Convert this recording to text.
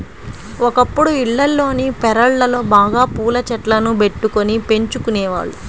ఒకప్పుడు ఇళ్లల్లోని పెరళ్ళలో బాగా పూల చెట్లను బెట్టుకొని పెంచుకునేవాళ్ళు